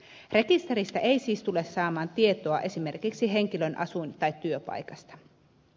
rekisteristä ei siis tule saamaan tietoa esimerkiksi henkilön asuin tai työpaikasta